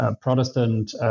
Protestant